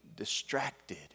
distracted